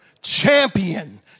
champion